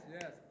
Yes